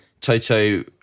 Toto